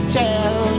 tell